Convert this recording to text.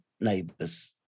neighbours